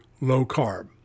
low-carb